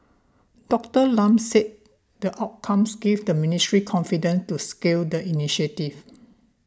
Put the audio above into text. Doctor Lam said the outcomes give the ministry confidence to scale the initiative